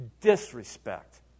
disrespect